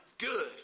Good